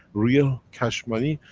real cash money,